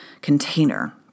container